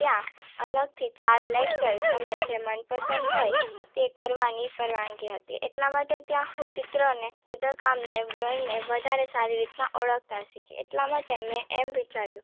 ત્યાં અલગથી ચાર લેકચર તમને જે મનપસંદ હોય તે કરવાની પરવાનગી હતી એટલા માટે ત્યાં હું ચિત્ર અને ચિત્રકામને ડ્રોઇંગને વધારે સારી રીતના ઓળખતા શીખી એટલા માટે મેં એમ વિચાર્યું